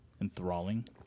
enthralling